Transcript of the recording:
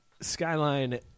Skyline